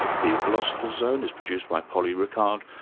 the philosopher's zone is produced by polly rickard,